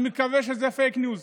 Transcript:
אני מקווה שזה פייק ניוז.